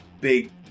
big